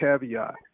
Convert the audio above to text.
caveat